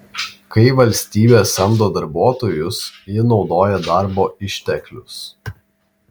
kai valstybė samdo darbuotojus ji naudoja darbo išteklius